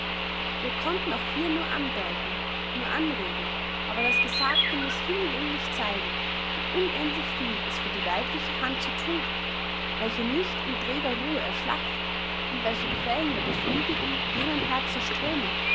wir konnten auch hier nur andeuten nur anregen aber das gesagte muß hinlänglich zeigen wie unendlich viel es für die weibliche hand zu thun gibt welche nicht in träger ruhe erschlafft und welche quellen der befriedigung jenen herzen strömen